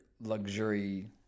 luxury